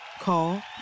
Call